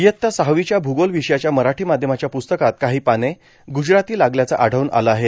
इयत्ता सहावीच्या भूगोल विषयाच्या मराठी माध्यमाच्या प्रस्तकात काही पाने ग्रजराती लागल्याचं आढळून आलं आहे